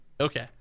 Okay